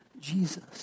Jesus